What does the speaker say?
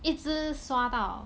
一直刷到